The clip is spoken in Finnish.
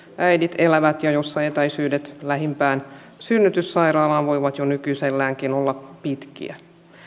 äidit elävät ja jossa etäisyydet lähimpään synnytyssairaalaan voivat jo nykyiselläänkin olla pitkiä